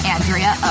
Andrea